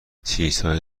چیزهایی